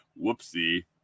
Whoopsie